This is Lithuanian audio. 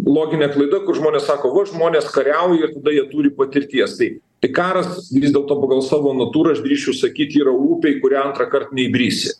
loginė klaida kur žmonės sako va žmonės kariauja tada jie turi patirties tai tai karas vis dėlto pagal savo natūrą aš drįsčiau sakyt yra upė į kurią antrąkart neįbrisi